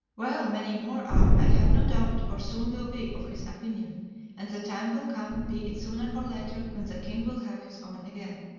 well, many more are, i have no doubt, or soon will be, of his opinion and the time will come, be it sooner or later, when the king will have his own again.